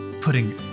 Putting